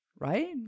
right